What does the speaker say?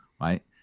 right